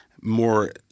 more